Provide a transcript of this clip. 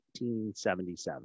1977